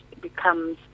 becomes